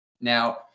Now